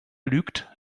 lügt